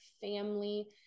family